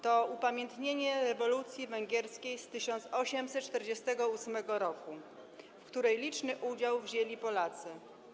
To upamiętnienie rewolucji węgierskiej z 1848 r., w której liczny udział wzięli Polacy.